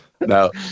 No